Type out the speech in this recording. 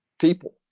people